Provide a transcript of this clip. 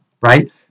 right